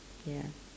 ya